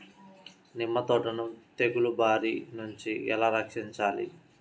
నిమ్మ తోటను తెగులు బారి నుండి ఎలా రక్షించాలి?